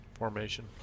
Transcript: Formation